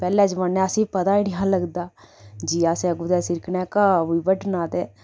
पैह्ले जमाने असें पता ई निहा लगदा जी असें कुतै सिरकनै घाह् बी बड्डना ते